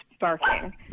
barking